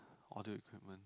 audio equipment